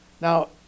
Now